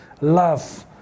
love